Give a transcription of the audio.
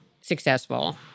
successful